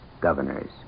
governors